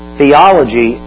theology